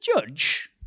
judge